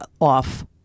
off